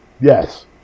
yes